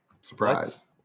surprise